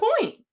point